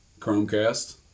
Chromecast